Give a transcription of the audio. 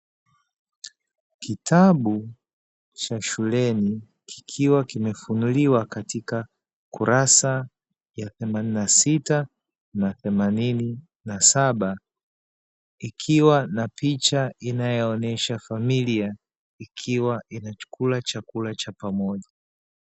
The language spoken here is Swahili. Kitabu cha shuleni kikiwa kimefunuliwa katika kurasa ya themanini na sita na themanini na saba, ikiwa na picha inayonyenesha familia, ikiwa inakula chakula cha pamoja.